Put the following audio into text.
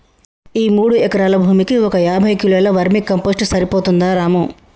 ఈ మూడు ఎకరాల భూమికి ఒక యాభై కిలోల వర్మీ కంపోస్ట్ సరిపోతుందా రాము